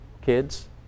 kids